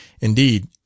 indeed